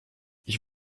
ich